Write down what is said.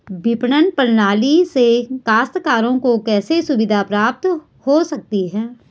विपणन प्रणाली से काश्तकारों को कैसे सुविधा प्राप्त हो सकती है?